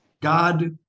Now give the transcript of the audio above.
God